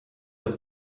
das